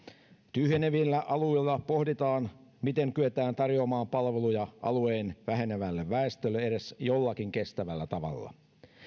tyhjenevillä alueilla pohditaan miten kyetään tarjoamaan palveluja alueen vähenevälle väestölle edes jollakin kestävällä tavalla